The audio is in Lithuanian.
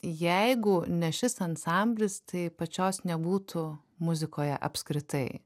jeigu ne šis ansamblis tai pačios nebūtų muzikoje apskritai